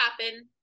happen